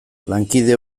lankide